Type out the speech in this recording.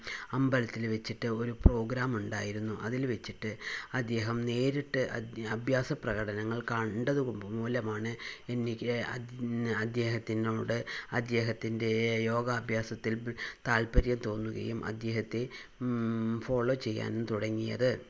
അമ്പലത്തില് വച്ചിട്ട് ഒരു പ്രോഗ്രാമുണ്ടായിരുന്നു അതില് വച്ചിട്ട് അദ്ദേഹം നേരിട്ട് അഭ്യാസപ്രകടനങ്ങൾ കണ്ടത് മൂലമാണ് എനിക്ക് അദ്ദേഹത്തിനോട് അദ്ദേഹത്തിൻ്റെ യോഗാഭ്യാസത്തിൽ താല്പര്യം തോന്നുകയും അദ്ദേഹത്തെ ഫോളോ ചെയ്യാനും തുടങ്ങിയത്